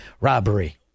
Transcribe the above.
robbery